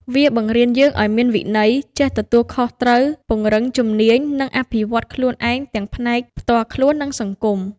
វាបង្រៀនយើងឲ្យមានវិន័យ ចេះទទួលខុសត្រូវ ពង្រឹងជំនាញ និងអភិវឌ្ឍខ្លួនឯងទាំងផ្នែកផ្ទាល់ខ្លួន និងសង្គម។